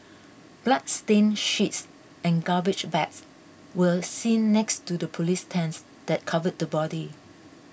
bloodstained sheets and garbage bags were seen next to the police tents that covered the body